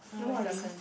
no more already